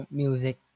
music